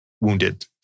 wounded